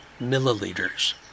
milliliters